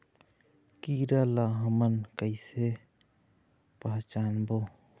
कीरा ला हमन कइसे पहचानबो?